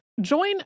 Join